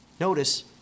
Notice